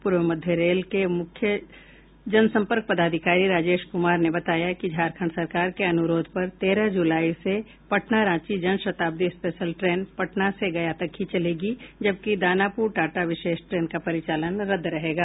पूर्व मध्य रेल के मुख्य जनसंपर्क पदाधिकारी राजेश कुमार ने बताया कि झारखंड सरकार के अनुरोध पर तेरह जुलाई से पटना रांची जनशताब्दी स्पेशल ट्रेन पटना से गया तक ही चलेगी जबकि दानापुर टाटा विशेष ट्रेन का परिचालन रद्द रहेगा